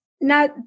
Now